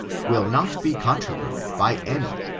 will not be contro verted by any,